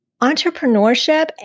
entrepreneurship